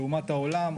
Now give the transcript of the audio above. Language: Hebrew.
לעומת העולם,